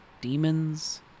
demons